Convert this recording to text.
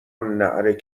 ﺷﯿﺮﺍﻥ